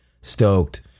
stoked